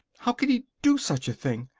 how could he do such a thing!